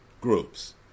groups